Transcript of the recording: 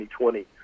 2020